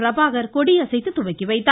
பிரபாகர் கொடியசைத்து துவக்கி வைத்தார்